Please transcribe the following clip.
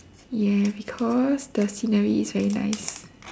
yeah because the scenery is very nice